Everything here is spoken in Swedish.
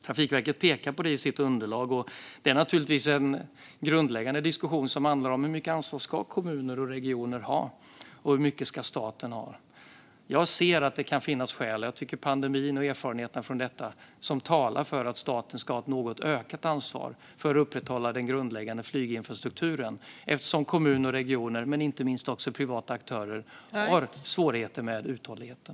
Trafikverket pekar på det i sitt underlag, och det är naturligtvis en grundläggande diskussion som handlar om hur mycket ansvar kommuner och regioner ska ha och hur mycket staten ska ha. Jag ser att det kan finnas skäl, och jag tycker att erfarenheterna av pandemin talar för, att staten ska ha ett något ökat ansvar för att upprätthålla den grundläggande flyginfrastrukturen eftersom kommuner och regioner och inte minst privata aktörer har svårigheter med uthålligheten.